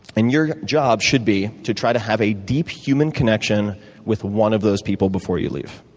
and your job should be to try to have a deep human connection with one of those people before you leave.